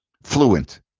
Fluent